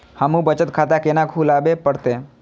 हमू बचत खाता केना खुलाबे परतें?